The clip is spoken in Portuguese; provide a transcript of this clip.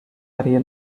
areia